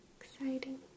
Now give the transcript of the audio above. Exciting